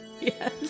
Yes